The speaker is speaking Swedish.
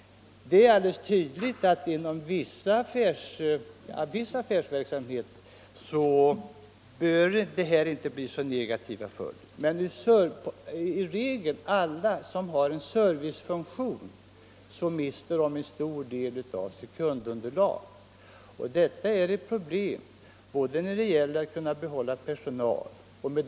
Det är alldeles tydligt att inom viss affärsverksamhet behöver en lokal Nr 78 Wwafikreglering inte fa så negativa följder, men alla de som har en ser Tisdagen den vicefunktion mister i regel en stor del av sitt kundunderlag. Detta medför 13 maj 1975 problem inte minst när det gäller att behålla personalen.